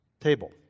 table